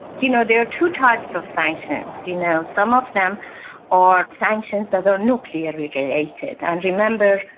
you know, there are two types of sanctions. you know, some of them are sanctions that are nuclear related, and remember,